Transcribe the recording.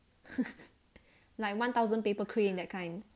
like one thousand paper crane that kind